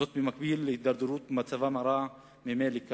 במקביל להידרדרות במצבן הרע ממילא.